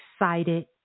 excited